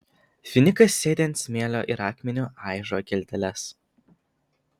finikas sėdi ant smėlio ir akmeniu aižo geldeles